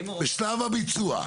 בשלב הביצוע,